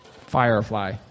Firefly